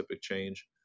change